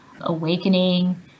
awakening